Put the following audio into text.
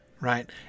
Right